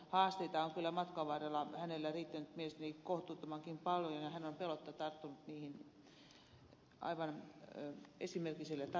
haasteita on kyllä matkan varrella hänellä riittänyt mielestäni kohtuuttomankin paljon ja hän on pelotta tarttunut niihin aivan esimerkillisellä tarmokkuudella ja tehokkuudella